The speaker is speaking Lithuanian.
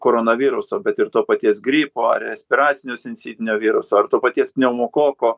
koronaviruso bet ir to paties gripo ar respiracinio sincitinio viruso ar to paties pneumokoko